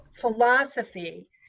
philosophy